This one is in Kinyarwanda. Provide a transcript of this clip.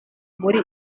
muri